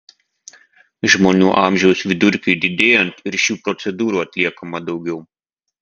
žmonių amžiaus vidurkiui didėjant ir šių procedūrų atliekama daugiau